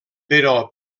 però